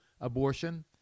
abortion